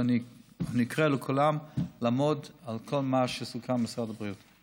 ואני קורא לכולם לעמוד על כל מה שסוכם עם משרד הבריאות.